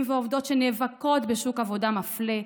ועובדות שנאבקות בשוק עבודה מפלה,